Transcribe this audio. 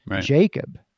Jacob